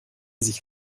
sich